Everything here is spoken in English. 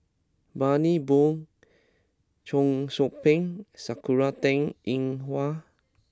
Bani Buang Cheong Soo Pieng Sakura Teng Ying Hua